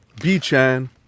b-chan